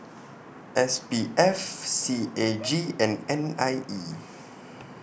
S P F C A G and N I E